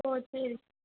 ஓ சரி